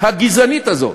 הגזענית הזאת,